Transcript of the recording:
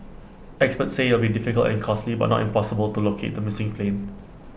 experts say IT will be difficult and costly but not impossible to locate the missing plane